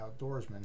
outdoorsman